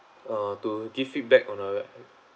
uh to give feedback on a